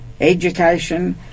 education